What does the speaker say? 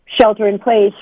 shelter-in-place